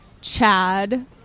Chad